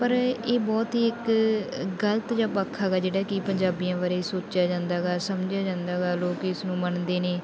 ਪਰ ਇਹ ਬਹੁਤ ਹੀ ਇੱਕ ਗਲਤ ਜਿਹਾ ਪੱਖ ਹੈਗਾ ਜਿਹੜਾ ਕਿ ਪੰਜਾਬੀਆਂ ਬਾਰੇ ਸੋਚਿਆਂ ਜਾਂਦਾ ਹੈਗਾ ਸਮਝਿਆ ਜਾਂਦਾ ਹੈਗਾ ਲੋਕ ਇਸ ਨੂੰ ਮੰਨਦੇ ਨੇ